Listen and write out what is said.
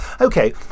okay